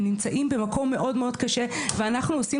הם נמצאים במקום מאוד מאוד קשה ואנחנו עושים